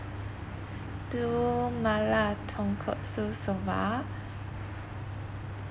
two mala tonkotsu soba